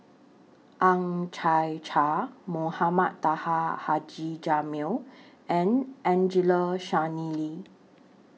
Ang Chwee Chai Mohamed Taha Haji Jamil and Angelo Sanelli